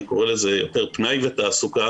אני קורא לזה יותר פנאי ותעסוקה